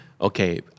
Okay